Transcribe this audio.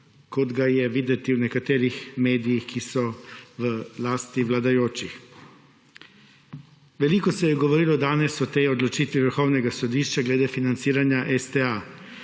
kot ga je videti v nekaterih medijih, ki so v lasti vladajočih. Veliko se je govorilo danes o tej odločitvi vrhovnega sodišča glede financiranja STA.